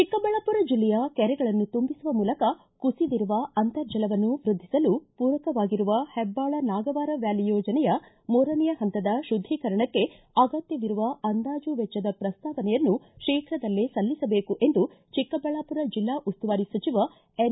ಚಿಕ್ಕಬಳ್ಳಾಪುರ ಜಿಲ್ಲೆಯ ಕೆರೆಗಳನ್ನು ತುಂಬಿಸುವ ಮೂಲಕ ಕುಸಿದಿರುವ ಅಂತರ್ಜಲವನ್ನು ವೃದ್ದಿಸಲು ಪೂರಕವಾಗಿರುವ ಹೆಬ್ಗಾಳ ನಾಗವಾರ ವ್ಯಾಲಿ ಯೋಜನೆಯ ತೆನೆಯ ಪಂತದ ಶುದ್ನೀಕರಣಕ್ಕೆ ಅಗತ್ಯವಿರುವ ಅಂದಾಜು ವೆಚ್ಚದ ಪ್ರಸ್ತಾವನೆಯನ್ನು ಶೀಘ್ರದಲ್ಲೇ ಸಲ್ಲಿಸಬೇಕು ಎಂದು ಚಿಕ್ಕಬಳ್ಳಾಪುರ ಜಿಲ್ಲಾ ಉಸ್ತುವಾರಿ ಸಚಿವ ಎನ್